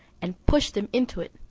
and pushed him into it,